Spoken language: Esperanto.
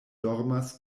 dormas